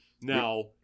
Now